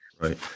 Right